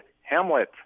Hamlet